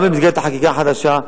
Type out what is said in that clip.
גם במסגרת החקיקה החדשה,